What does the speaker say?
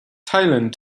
thailand